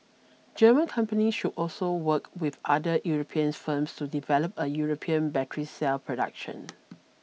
German companies should also work with other European firms to develop a European battery cell production